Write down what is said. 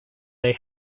they